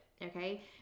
okay